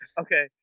Okay